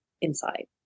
inside